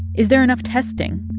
is there enough testing?